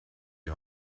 die